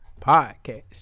Podcast